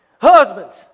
Husbands